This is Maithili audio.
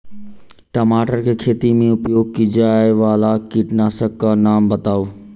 टमाटर केँ खेती मे उपयोग की जायवला कीटनासक कऽ नाम बताऊ?